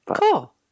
Cool